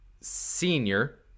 senior